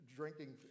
drinking